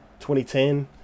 2010